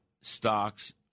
stocks